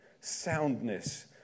soundness